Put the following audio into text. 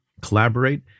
collaborate